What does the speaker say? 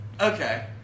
okay